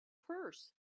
purse